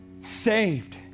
saved